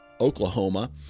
Oklahoma